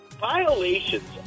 Violations